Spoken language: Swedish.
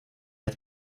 att